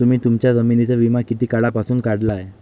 तुम्ही तुमच्या जमिनींचा विमा किती काळापासून काढला आहे?